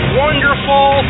wonderful